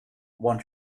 one